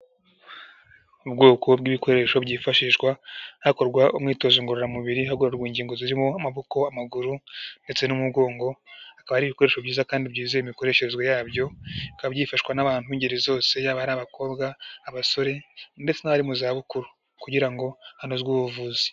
Ubwoko bw'ibikoresho byifashishwa hakorwa umwitozo ngororamubiri hakorwarwa ingingo zirimo amaboko amaguru ndetse n'umugongo, akaba ari ibikoresho byiza kandi byizewe imikoreshereze yabyo, bikaba byifashishwa n'abantu b'ingeri zose, yaba ari abakobwa abasore ndetse n'abari mu zabukuru kugira ngo hanozwe ubuvuzi.